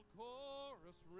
chorus